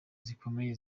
zikomeye